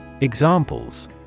Examples